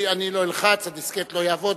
אני לא אלחץ, הדיסקט לא יעבוד.